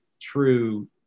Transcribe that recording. true